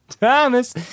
Thomas